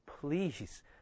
please